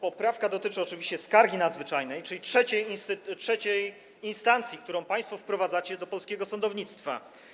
Poprawka dotyczy oczywiście skargi nadzwyczajnej, czyli trzeciej instancji, którą państwo wprowadzacie do polskiego sądownictwa.